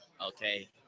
okay